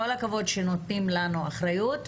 כל הכבוד שנותנים לנו אחריות,